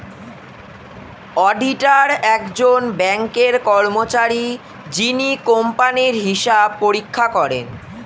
auditor একজন ব্যাঙ্কের কর্মচারী যিনি কোম্পানির হিসাব পরীক্ষা করেন